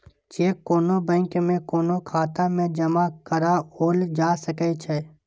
cheque कोनो bank में कोनो खाता मे जमा कराओल जा सकै छै